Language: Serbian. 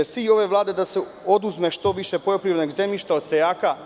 Da li je cilj ove Vlade da se oduzme što više poljoprivrednog zemljišta od seljaka?